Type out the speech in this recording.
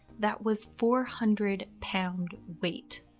that was four hundred lb weight.